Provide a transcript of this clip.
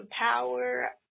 power